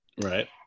Right